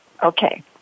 okay